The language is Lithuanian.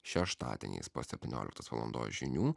šeštadieniais po septynioliktos valandos žinių